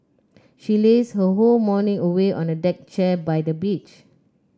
she lazed her whole morning away on a deck chair by the beach